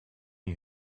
you